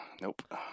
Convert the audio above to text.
Nope